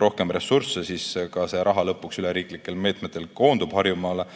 rohkem ressursse, siis ka see raha lõpuks üleriiklike meetmetega koondub Harjumaale.